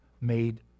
made